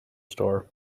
store